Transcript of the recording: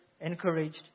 encouraged